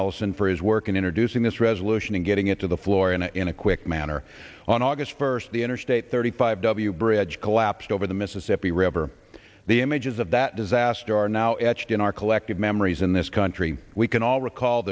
ellison for his work in introducing this resolution and getting it to the floor in a in a quick manner on august first the interstate thirty five w bridge collapsed over the mississippi river the images of that disaster are now etched in our collective memories in this country we can all recall